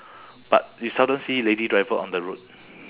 but you seldom see lady driver on the road